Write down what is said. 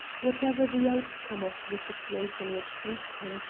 whatever the outcome of the situation which faced him,